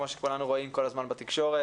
כמו שכולנו רואים כל הזמן בתקשורת